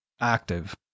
active